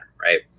Right